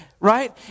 Right